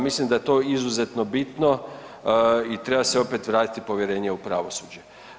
Mislim da je to izuzeto bitno i treba se opet vratiti povjerenje u pravosuđe.